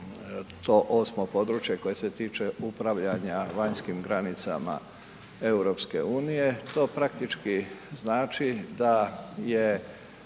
to 8. područje koje se tiče upravljanja vanjskim granicama EU-a, to praktički znači da je